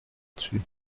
dessus